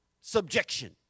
subjection